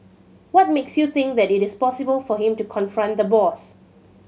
what makes you think that it is possible for him to confront the boss